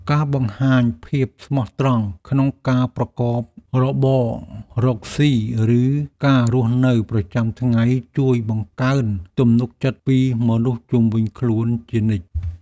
ការបង្ហាញភាពស្មោះត្រង់ក្នុងការប្រកបរបររកស៊ីឬការរស់នៅប្រចាំថ្ងៃជួយបង្កើនទំនុកចិត្តពីមនុស្សជុំវិញខ្លួនជានិច្ច។